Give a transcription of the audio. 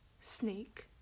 snake